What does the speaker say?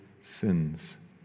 sins